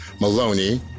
Maloney